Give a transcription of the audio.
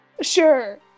Sure